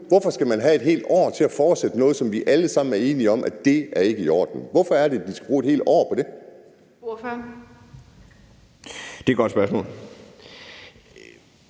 Hvorfor skal man have et helt år til at fortsætte noget, som vi alle sammen er enige om ikke er i orden? Hvorfor er det, at de skal bruge et helt år på det?